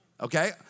Okay